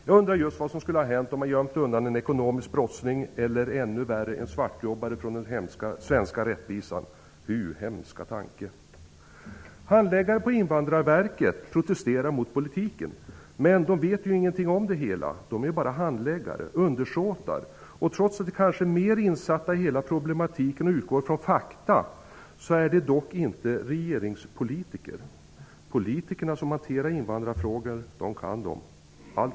Jag undrar just vad som skulle ha hänt om man hade gömt undan en ekonomisk brottsling eller, ännu värre, en svartjobbare från den svenska rättvisan -- hu, hemska tanke! Handläggare på Invandrarverket protesterar mot politiken. Men de vet ju inget om det hela -- de är ju bara handläggare/undersåtar, och även om de kanske är mer insatta i hela problematiken och utgår från fakta är de ändå inte regeringspolitiker. De politiker som hanterar invandrarfrågor dom kan dom!